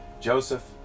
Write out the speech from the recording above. Joseph